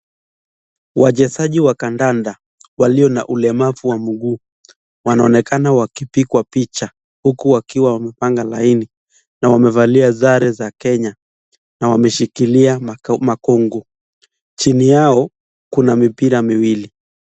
Wachezaji wa kandanda walio na ulemavu wa miguu. Wanaonekana wakipigwa picha huku wakiwa wamepanga laini na wamevalia sare za kenya na wameshikilia mukungu chini yao kuna mipira miwili.